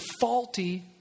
faulty